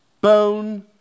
bone